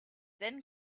then